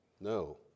No